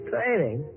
Training